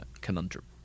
conundrum